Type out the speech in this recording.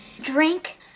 drink